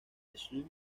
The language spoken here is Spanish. schulz